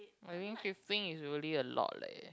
I mean fifteen is really a lot leh